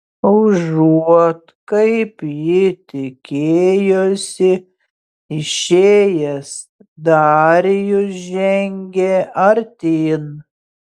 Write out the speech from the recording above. užuot kaip ji tikėjosi išėjęs darijus žengė artyn